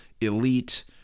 elite